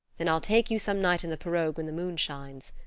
then i'll take you some night in the pirogue when the moon shines.